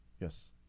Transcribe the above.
Yes